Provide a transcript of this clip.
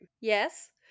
Yes